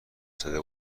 زده